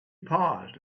paused